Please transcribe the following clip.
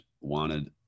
wanted